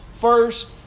First